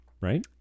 right